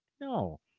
No